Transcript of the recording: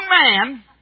man